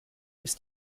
ist